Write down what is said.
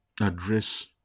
Address